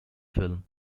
film